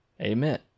Amen